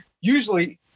usually